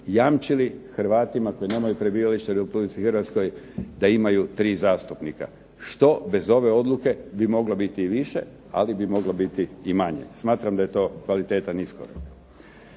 jamčili Hrvatima koji nemaju prebivalište u Republici Hrvatskoj da imaju tri zastupnika, što bez ove odluke bi moglo biti i više, ali bi moglo biti i manje. Smatram da je to kvalitetan iskorak.